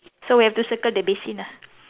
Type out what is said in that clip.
so we have to circle the basin ah